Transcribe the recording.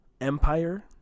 Empire